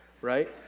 right